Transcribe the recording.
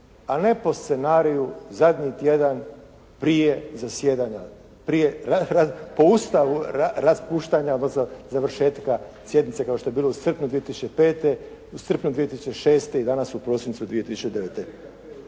a ne po scenariju zadnji tjedan prije zasjedanja. Po Ustavu raspuštanja odnosno završetka sjednice kao što je bilo u srpnju 2005., u srpnju 2006. i danas u prosincu 2009.